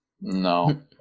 no